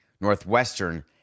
Northwestern